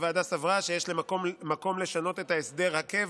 הוועדה סברה שיש מקום לשנות את הסדר הקבע